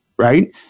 Right